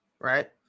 Right